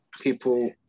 people